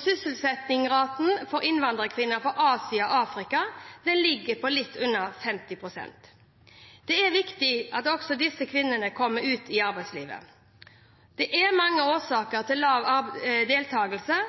Sysselsettingsraten for innvandrerkvinner fra Asia og Afrika ligger på litt under 50 pst. Det er viktig at også disse kvinnene kommer ut i arbeidslivet. Det er mange årsaker til lav